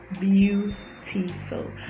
beautiful